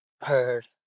heard